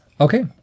Okay